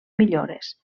millores